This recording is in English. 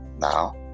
now